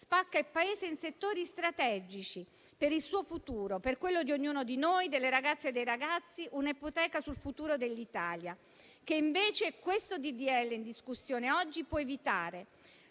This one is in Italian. Spacca il Paese in settori strategici per il suo futuro, per quello di ognuno di noi, delle ragazze e dei ragazzi; un'ipoteca sul futuro dell'Italia. Il disegno di legge in discussione oggi può invece